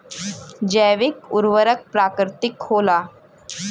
जैविक उर्वरक प्राकृतिक होला